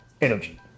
energy